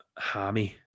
hammy